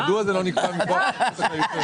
מדוע זה לא נקבע מכוח הסמכות של הממונה.